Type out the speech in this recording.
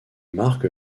marque